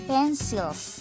Pencils